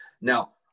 Now